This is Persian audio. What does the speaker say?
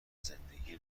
زندگی